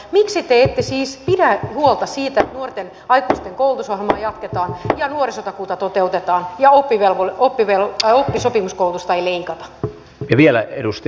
miksi te ette siis pidä huolta siitä että nuorten aikuisten koulutusohjelmaa jatketaan ja nuorisotakuuta toteutetaan ja oppisopimuskoulutusta ei leikata